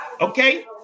okay